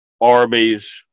Arby's